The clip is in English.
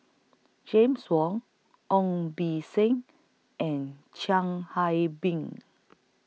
James Wong Ong B Seng and Chiang Hai Bing